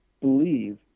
believe